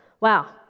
wow